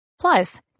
Plus